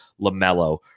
LaMelo